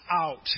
out